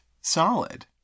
solid